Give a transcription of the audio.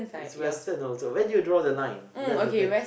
it's western also where do you draw the line that's the thing